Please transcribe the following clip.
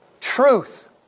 Truth